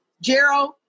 Gerald